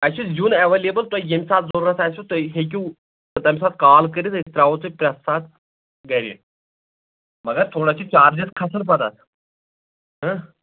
اسہِ چھُ زِیُن ایویلیبٕل تۄہہِ ییٚمہِ ساتہٕ ضروٗرت آسوٕ تُہۍ ہیٚکِو تمہِ ساتہٕ کال کٔرِتھ أسۍ ترٛاوو تۄہہِ پرٛتھ ساتہٕ گرِ مگر تھوڑا چھِ چارجس کھسان پتہٕ اتھ إنٛہہ